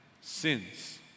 sins